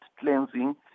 cleansing